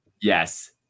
Yes